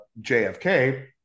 JFK